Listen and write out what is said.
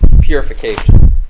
purification